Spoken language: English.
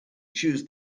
choose